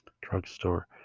drugstore